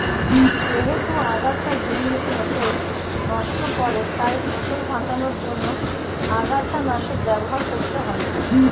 যেহেতু আগাছা জমির ফসল নষ্ট করে তাই ফসল বাঁচানোর জন্য আগাছানাশক ব্যবহার করতে হয়